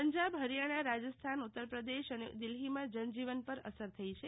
પંજાબ હરિયાણા રાજસ્થાનઉતરપ્રદેશ અને દિલ્ફીમાં જનજીવન પર અસર થઇ છે